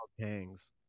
pangs